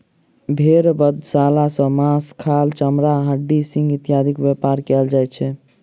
भेंड़ बधशाला सॅ मौस, खाल, चमड़ा, हड्डी, सिंग इत्यादिक व्यापार कयल जाइत छै